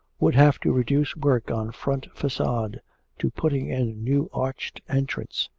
would have to reduce work on front facade to putting in new arched entrance.